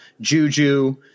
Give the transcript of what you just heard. Juju